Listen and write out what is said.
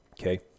Okay